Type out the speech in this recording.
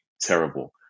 terrible